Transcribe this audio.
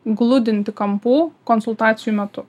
gludinti kampų konsultacijų metu